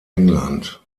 england